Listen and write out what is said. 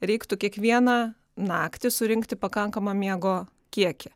reiktų kiekvieną naktį surinkti pakankamą miego kiekį